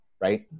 Right